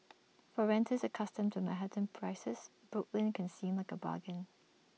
for renters accustomed to Manhattan prices Brooklyn can seem like A bargain